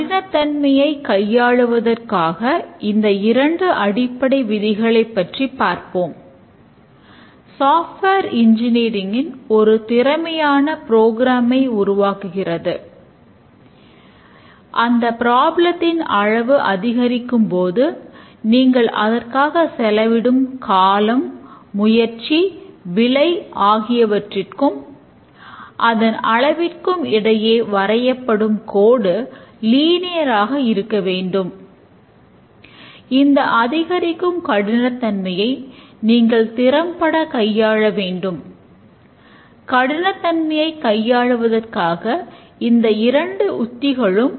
கடினத்தன்மையை கையாள்வதற்காக இந்த இரண்டு அடிப்படை விதிகளைப் பற்றி ஆராய்வோம்